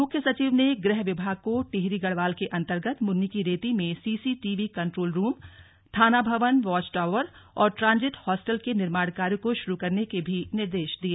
मुख्य सचिव ने गृह विभाग को टिहरी गढ़वाल के अन्तर्गत मुनि की रेती में सीसीटीवी कंट्रोल रूम थाना भवन वॉच टॉवर और ट्रांजिट हॉस्टल के निर्माण कार्य को शुरू करने के निर्देश भी दिए